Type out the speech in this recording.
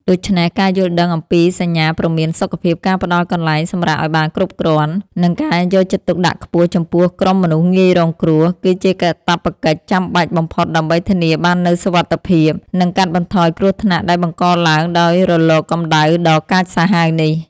ដូច្នេះ ការយល់ដឹងអំពីសញ្ញាព្រមានសុខភាព ការផ្ដល់កន្លែងសម្រាកឱ្យបានគ្រប់គ្រាន់ និងការយកចិត្តទុកដាក់ខ្ពស់ចំពោះក្រុមមនុស្សងាយរងគ្រោះ គឺជាកាតព្វកិច្ចចាំបាច់បំផុតដើម្បីធានាបាននូវសុវត្ថិភាព និងកាត់បន្ថយគ្រោះថ្នាក់ដែលបង្កឡើងដោយរលកកម្ដៅដ៏កាចសាហាវនេះ។